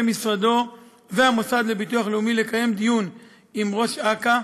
משרדו והמוסד לביטוח לאומי לקיים דיון עם ראש אכ"א,